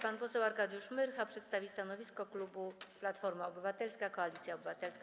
Pan poseł Arkadiusz Myrcha przedstawi stanowisko klubu Platforma Obywatelska - Koalicja Obywatelska.